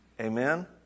Amen